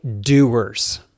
doers